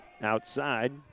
Outside